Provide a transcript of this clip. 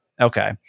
Okay